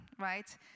right